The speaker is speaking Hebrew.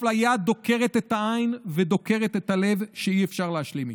אפליה דוקרת את העין ודוקרת את הלב שאי-אפשר להשלים איתה.